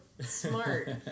smart